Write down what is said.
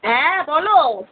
হ্যাঁ বলো